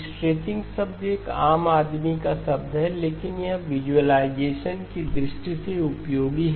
stretching शब्द एक आम आदमी का शब्द है लेकिन यह विजुलाइजेशन की दृष्टि से उपयोगी है